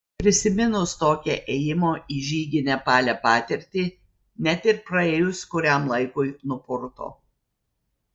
prisiminus tokią ėjimo į žygį nepale patirtį net ir praėjus kuriam laikui nupurto